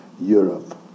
Europe